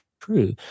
true